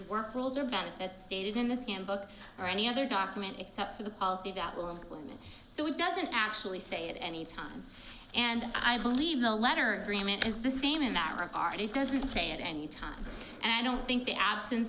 work rules or benefits stated in the scam book or any other document except for the policy that will implement so it doesn't actually say at any time and i believe the latter agreement is the same in that regard it doesn't say at any time and i don't think the absence